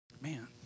Man